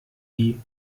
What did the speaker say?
wie